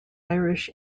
irish